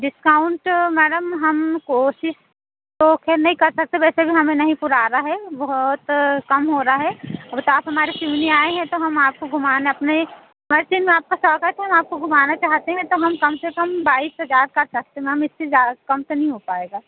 discount madam हम कोशिश तो खैर नहीं कर सकते वैसे भी हमें नहीं पूरा आ रहा है बहुत कम हो रहा है वो तो आप हमारे सिवनी आएँ हैं तो हम आपको घुमाना अपने में आपका स्वागत है हम आपको घुमाना चाहते हैं तो हम कम से कम बाईस हजार कर सकते मैम इससे कम तो नहीं हो पाएगा